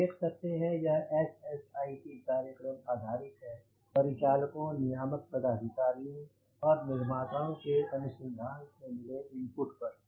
आप देख सकते हैं यह SSIP कार्यक्रम आधारित है परिचालकों नियामक पदाधिकारियों और निर्माताओं के अनुसंधान से मिले इनपुट पर